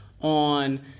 on